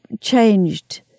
changed